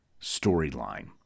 storyline